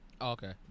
okay